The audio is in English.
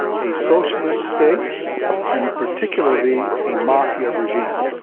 a socialist state and particularly a mafia regime.